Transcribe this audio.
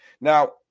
Now